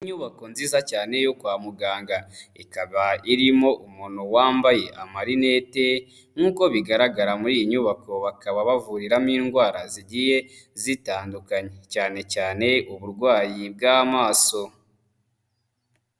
Inyubako nziza cyane yo kwa muganga, ikaba irimo umuntu wambaye amarinete nk'uko bigaragara muri iyi nyubako bakaba bavuriramo indwara zigiye zitandukanye cyane cyane uburwayi bw'amaso.